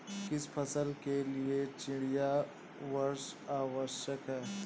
किस फसल के लिए चिड़िया वर्षा आवश्यक है?